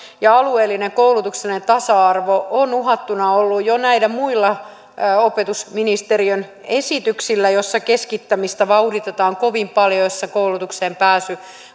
alueellinen koulutuksellinen tasa arvo on uhattuna ollut jo näillä muilla opetusministeriön esityksillä joissa keskittämistä vauhditetaan kovin paljon ja joissa koulutukseen pääsy